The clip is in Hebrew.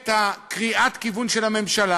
את קריאת הכיוון של הממשלה,